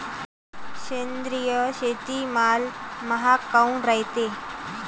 सेंद्रिय शेतीमाल महाग काऊन रायते?